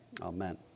amen